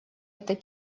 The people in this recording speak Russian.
этой